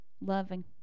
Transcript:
Loving